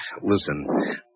listen